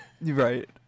right